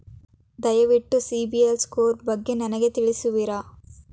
ದಯವಿಟ್ಟು CIBIL score ಬಗ್ಗೆ ನನಗೆ ತಿಳಿಸುವಿರಾ?